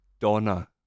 Donna